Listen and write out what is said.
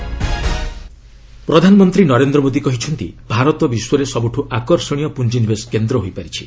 PM Japan ପ୍ରଧାନମନ୍ତ୍ରୀ ନରେନ୍ଦ୍ର ମୋଦି କହିଛନ୍ତି ଭାରତ ବିଶ୍ୱରେ ସବୁଠୁ ଆକର୍ଷଣୀୟ ପୁଞ୍ଜିନିବେଶ କେନ୍ଦ୍ର ହୋଇପାରିଛି